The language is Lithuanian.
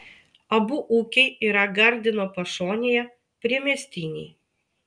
abu ūkiai yra gardino pašonėje priemiestiniai